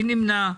מי נמנע?